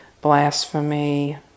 blasphemy